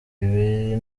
bibiri